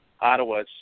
Ottawa